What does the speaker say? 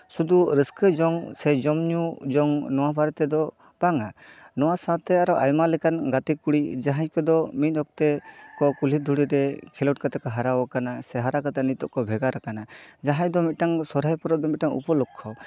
ᱥᱩᱫᱩ ᱨᱟᱹᱥᱠᱟᱹ ᱡᱚᱝ ᱥᱮ ᱡᱚᱢᱼᱧᱩ ᱡᱚᱢ ᱱᱚᱣᱟ ᱵᱟᱨᱮ ᱛᱮᱫᱚ ᱵᱟᱝᱟ ᱱᱚᱣᱟ ᱥᱟᱶᱛᱮ ᱟᱨᱚ ᱟᱭᱢᱟ ᱞᱮᱠᱟᱱ ᱜᱟᱛᱮ ᱠᱩᱲᱤ ᱡᱟᱦᱟᱸᱭ ᱠᱚᱫᱚ ᱢᱤᱫ ᱚᱠᱛᱮ ᱠᱚ ᱠᱩᱞᱦᱤ ᱫᱷᱩᱲᱤᱨᱮ ᱠᱷᱮᱞᱳᱰ ᱠᱟᱛᱮ ᱠᱚ ᱦᱟᱨᱟ ᱠᱟᱱᱟ ᱥᱮ ᱦᱟᱨᱟ ᱠᱟᱛᱮ ᱱᱤᱛᱚᱠ ᱠᱚ ᱵᱷᱮᱜᱟᱨ ᱠᱟᱱᱟ ᱡᱟᱦᱟᱸᱭ ᱫᱚ ᱢᱤᱫᱴᱟᱝ ᱥᱚᱦᱨᱟᱭ ᱯᱚᱨᱚᱵᱽ ᱫᱚ ᱢᱤᱫᱴᱟᱝ ᱩᱯᱚᱞᱚᱠᱠᱷᱚ